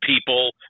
people